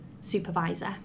supervisor